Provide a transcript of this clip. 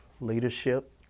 leadership